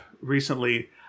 recently